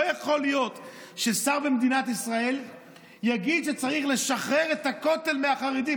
לא יכול להיות ששר במדינת ישראל יגיד שצריך לשחרר את הכותל מהחרדים.